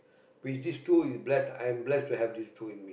with these two is blessed I'm blessed to have these two in me